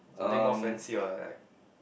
um